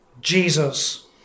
Jesus